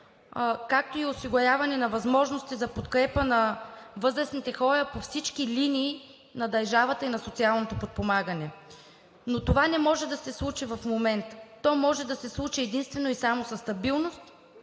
както и осигуряване на възможност за подкрепа на възрастните хора по всички линии на държавата и на социалното подпомагане. Но това не може да се случи в момента. Може да се случи единствено и само със стабилност